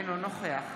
אינו נוכח